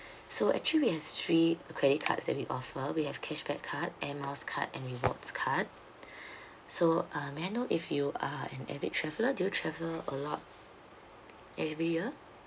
so actually we have three credit cards that we offer we have cashback card air miles card and rewards card so uh may I know if you are an average traveler do you travel a lot every year